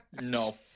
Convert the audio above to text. No